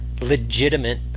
legitimate